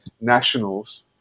nationals